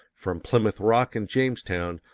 from plymouth rock and jamestown,